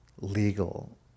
legal